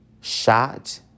shot